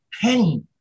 Penny